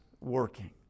working